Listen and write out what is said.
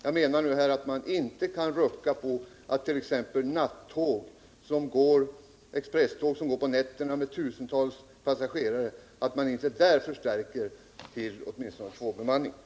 Jag anser att man inte kan rucka på kravet att SJ åtminstone på expresståg